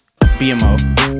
BMO